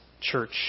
church